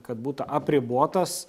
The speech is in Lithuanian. kad būtų apribotas